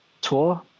tour